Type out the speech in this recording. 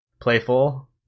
playful